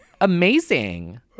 Amazing